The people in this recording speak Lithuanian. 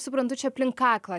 suprantu čia aplink kaklą